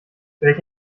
welch